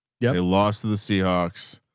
yeah they lost the the seahawks,